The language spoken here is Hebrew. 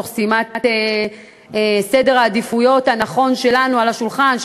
תוך שימת סדר העדיפויות הנכון שלנו על השולחן,